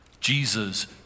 jesus